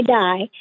die